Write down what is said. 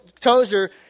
Tozer